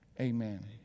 Amen